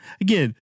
again